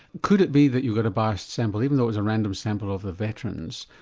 could it be that you've got a biased sample, even though it was a random sample of the veterans,